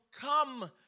come